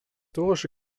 historische